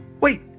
wait